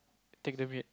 take the meat